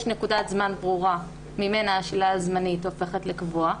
יש נקודת זמן ברורה ממנה השלילה הזמנית הופכת לקבועה.